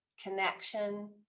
connection